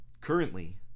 Currently